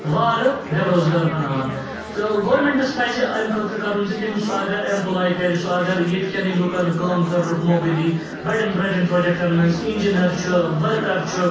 وارٕ بےٚ روزگار بناوان تہٕ گورمنٹَس پَزِ اَمہِ خٲطرٕ کَرُن زِ تٔمۍ سُہ اگر ایٚمپٕلاے کَرِ سُہ اگر ییٚتکیٚنٕے لوٗکَن کٲم کرنُک موقعہٕ دیٖیہِ بَڑیٚن بَڑیٚن پرٛوجیٚکٹَن مَنٛز انجیٖنر چھُ ؤرکَر چھُ